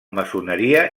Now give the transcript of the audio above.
maçoneria